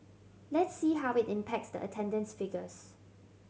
let's see how it impacts the attendance figures